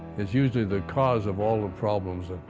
it's usually the cause of all the problems.